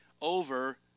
over